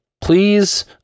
Please